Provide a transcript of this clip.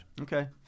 Okay